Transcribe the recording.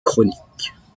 chroniques